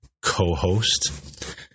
co-host